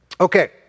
Okay